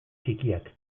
txikiak